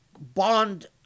bond